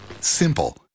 simple